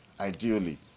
ideally